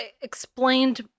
explained